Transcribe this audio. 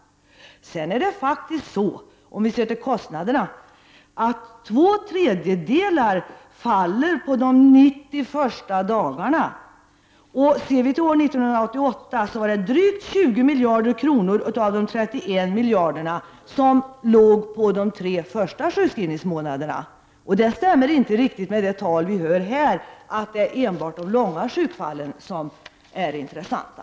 Sedan är det faktiskt så, om vi ser till kostnaderna, att två tredjedelar faller på de 90 första dagarna. Ser vi på år 1988 finner vi att det var drygt 20 miljarder kronor av de 31 miljarderna som låg på de tre första sjukskrivningsmånaderna. Det stämmer inte riktigt med det tal som vi här hör, att det är enbart de långa sjukfallen som är intressanta.